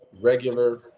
regular